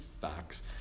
facts